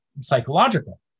psychological